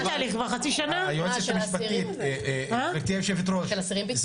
תעביר לי בקשה ואני אראה למה היא לא